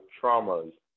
traumas